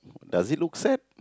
does it look sad